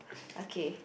okay